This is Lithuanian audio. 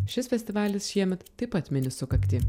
šis festivalis šiemet taip pat mini sukaktį